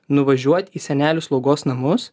nuvažiuot į senelių slaugos namus